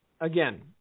Again